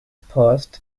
passed